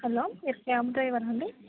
hello మీరు cab డ్రైవరా అండి